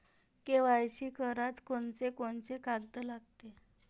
KYC कराच कोनचे कोनचे कागद लागते?